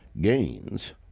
gains